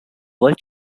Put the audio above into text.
world